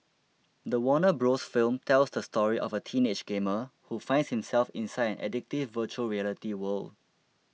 the Warner Bros film tells the story of a teenage gamer who finds himself inside an addictive Virtual Reality world